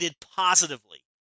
positively